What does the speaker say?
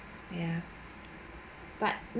ya but